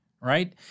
right